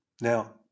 Now